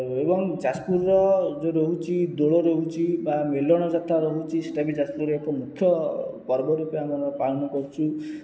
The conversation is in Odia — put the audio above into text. ଏବଂ ଯାଜପୁରର ଯେଉଁ ରହୁଛି ଦୋଳ ରହୁଛି ବା ମେଲଣ ଯାତ୍ରା ରହୁଛି ସେଇଟା ବି ଯାଜପୁରର ଏକ ମୁଖ୍ୟ ପର୍ବ ରୂପେ ଆମର ପାଳନ କରୁଛୁ